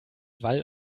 wall